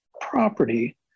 property